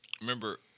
remember